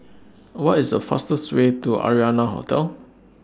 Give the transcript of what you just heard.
What IS The fastest Way to Arianna Hotel